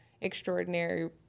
extraordinary